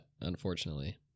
unfortunately